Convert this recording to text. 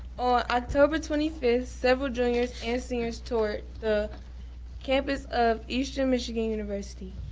on october twenty fifth, several juniors and seniors toured the campus of eastern michigan university,